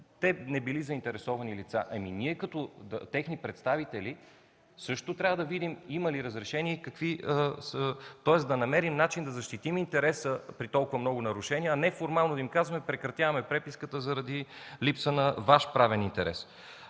те не били заинтересовани лица. Ами ние, като техни представители, също трябва да видим има ли разрешение, да намерим начин да защитим интереса при толкова много нарушения, а не формално да им казваме: „Прекратяваме дописката заради липса на Ваш правен интерес”.